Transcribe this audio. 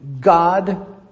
God